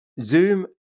Zoom